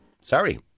Sorry